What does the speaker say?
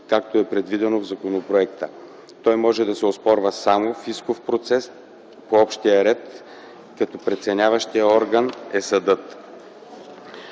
както е предвидено в законопроекта. Той може да се оспорва само в исков процес по общия ред, като преценяващият орган е съдът.